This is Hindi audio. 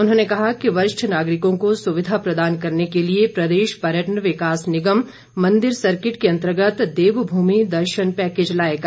उन्होंने कहा कि वरिष्ठ नागरिकों को सुविधा प्रदान करने के लिए प्रदेश पर्यटन विकास निगम मंदिर सर्किट के अंतर्गत देवभूमि दर्शन पैकेज लाएगा